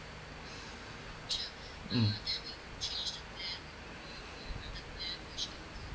mm